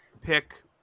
pick